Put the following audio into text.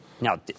Now